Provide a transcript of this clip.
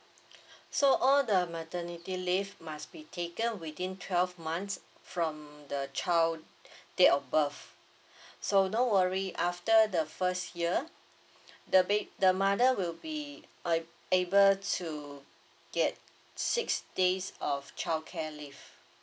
so all the maternity leave must be taken within twelve months from the child date of birth so no worry after the first year the bed the mother will be uh able to get six days of childcare leave